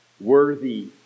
worthy